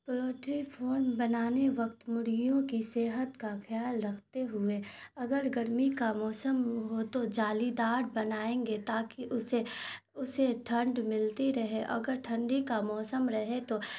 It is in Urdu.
پولوٹری فوم بنانے وقت مرغیوں کی صحت کا خیال رکھتے ہوئے اگر گرمی کا موسم ہو تو جالی دار بنائیں گے تاکہ اسے اسے ٹھنڈ ملتی رہے اگر ٹھنڈی کا موسم رہے تو